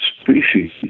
species